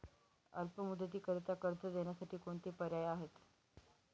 अल्प मुदतीकरीता कर्ज देण्यासाठी कोणते पर्याय आहेत?